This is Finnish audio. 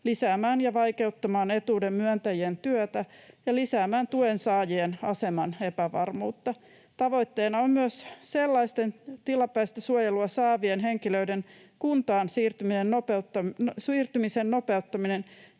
lisäämään ja vaikeuttamaan etuuden myöntäjien työtä ja lisäämään tuensaajien aseman epävarmuutta. Tavoitteena on myös sellaisten tilapäistä suojelua saavien henkilöiden kuntaan siirtymisen nopeuttaminen,